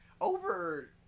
over